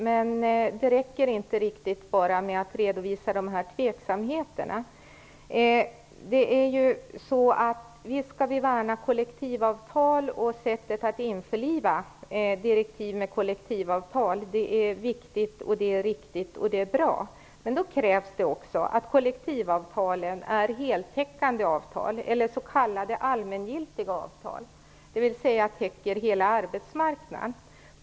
Men det räcker inte riktigt med att bara redovisa tveksamheterna. Visst skall vi värna kollektivavtalen och sättet att införliva direktiv med dessa. Det är viktigt, riktigt och bra. Men då krävs det också att kollektivavtalen är heltäckande, s.k. allmängiltiga, avtal som täcker hela arbetsmarknaden.